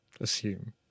Assume